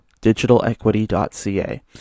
DigitalEquity.ca